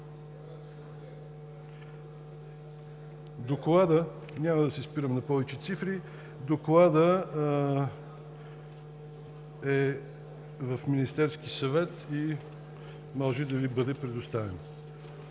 цифри, е в Министерския съвет и може да Ви бъде предоставен.